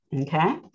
Okay